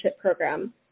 program